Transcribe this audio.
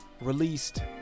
released